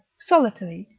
solitary,